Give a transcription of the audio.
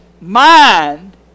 mind